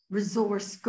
resource